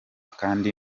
kandi